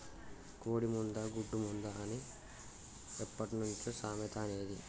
కోడి ముందా, గుడ్డు ముందా అని ఎప్పట్నుంచో సామెత అనేది